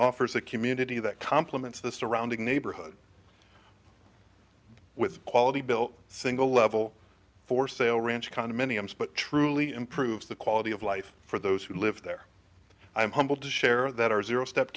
offers a community that complements the surrounding neighborhood with quality built single level for sale ranch condominiums but truly improves the quality of life for those who live there i'm humbled to share that our zero step